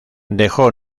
dejó